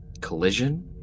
collision